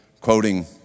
quoting